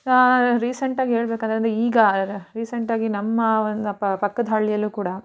ರೀಸೆಂಟಾಗಿ ಹೇಳಬೇಕಾದ್ರೆ ಅಂದರೆ ಈಗ ರೀಸೆಂಟಾಗಿ ನಮ್ಮ ಒಂದು ಪಕ್ಕದ ಹಳ್ಳಿಯಲ್ಲೂ ಕೂಡ